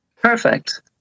Perfect